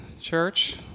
church